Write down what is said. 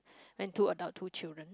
rent two adult two children